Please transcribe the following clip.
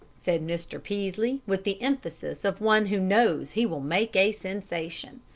said mr. peaslee, with the emphasis of one who knows he will make a sensation.